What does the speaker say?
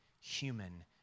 human